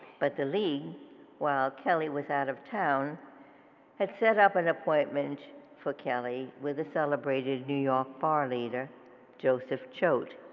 but the league while kelly was out of town had set up an appointment for kelly with a celebrated new york bar leader joseph choate.